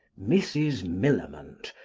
mrs. millamant,